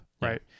right